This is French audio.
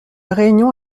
réunion